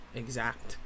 exact